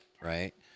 right